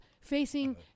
facing